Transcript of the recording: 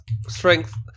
strength